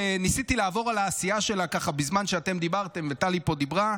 ניסיתי לעבור על העשייה שלה בזמן שאתם דיברתם וטלי פה דיברה,